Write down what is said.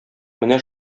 менә